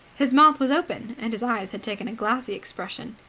his mouth was open, and his eyes had taken a glassy expression.